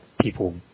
people